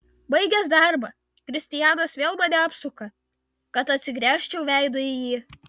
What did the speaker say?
baigęs darbą kristianas vėl mane apsuka kad atsigręžčiau veidu į jį